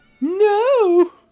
No